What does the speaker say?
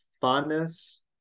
fondness